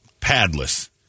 padless